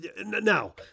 Now